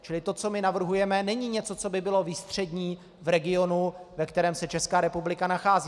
Čili to, co my navrhujeme, není něco, co by bylo výstřední v regionu, ve kterém se Česká republika nachází.